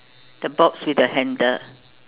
the box with the handle